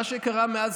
מה שקרה מאז,